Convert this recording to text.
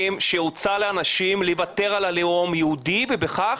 שהוצע לאנשים לוותר על הלאום היהודי ובכך